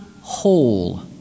whole